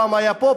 פעם היה פה,